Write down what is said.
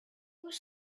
was